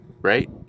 right